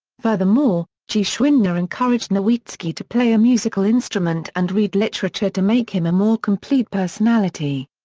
furthermore, geschwindner encouraged nowitzki to play a musical instrument and read literature to make him a more complete personality.